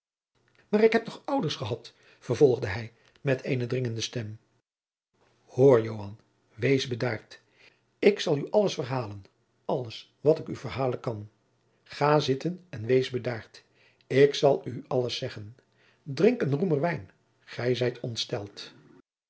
maar ik heb toch ouders gehad vervolgde hij met eene dringende stem jacob van lennep de pleegzoon hoor joan wees bedaard ik zal u alles verhalen alles wat ik u verhalen kan ga zitten en wees bedaard ik zal u alles zeggen drink een roemer wijn gij zijt ontsteld